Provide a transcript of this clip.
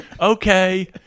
Okay